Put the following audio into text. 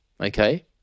okay